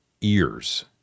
ears